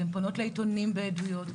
הן פונות לעיתונים בעדויות.